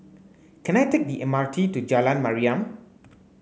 can I take the M R T to Jalan Mariam